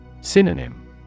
Synonym